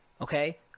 okay